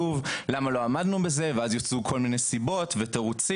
למה לא עמדנו בזה ואז נותנים כל מיני סיבות ותירוצים.